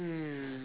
mm